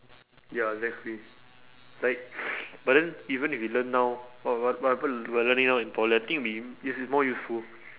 ya exactly like but then even if we learn now what~ what~ whatever we're learning now in poly I think it'll be it's more useful